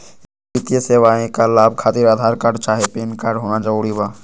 वित्तीय सेवाएं का लाभ खातिर आधार कार्ड चाहे पैन कार्ड होना जरूरी बा?